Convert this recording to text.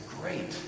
great